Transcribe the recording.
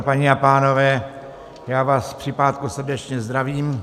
Paní a pánové, já vás při pátku srdečně zdravím.